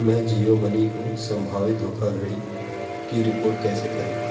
मैं जियो मनी को संभावित धोखाधड़ी की रिपोर्ट कैसे करूँ